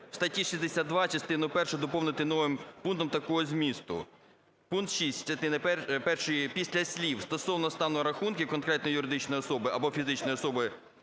у статті 62 частину першу доповнити новим пунктом такого змісту: "Пункт 6 частини першої після слів "стосовно стану рахунків конкретної юридичної особи або фізичної особи,